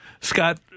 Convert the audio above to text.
Scott